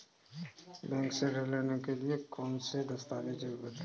Bank से ऋण लेने के लिए कौन से दस्तावेज की जरूरत है?